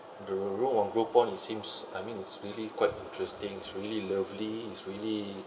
the room on groupon it seems I mean it's really quite interesting is really lovely is really